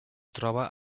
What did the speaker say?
troba